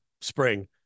spring